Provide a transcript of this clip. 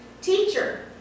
Teacher